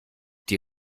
die